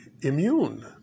immune